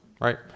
right